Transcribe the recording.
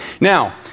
Now